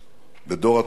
בדור התקומה,